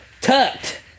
tucked